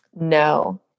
No